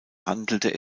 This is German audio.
handelte